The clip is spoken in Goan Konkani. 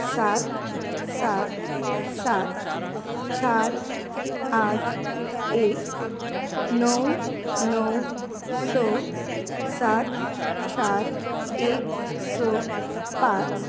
सात सात सात चार आठ एक णव णव स सात चार एक स पांच